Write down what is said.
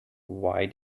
why